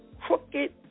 crooked